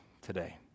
today